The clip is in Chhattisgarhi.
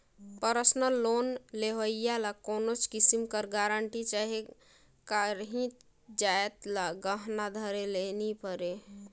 परसनल लोन लेहोइया ल कोनोच किसिम कर गरंटी चहे काहींच जाएत ल गहना धरे ले नी परे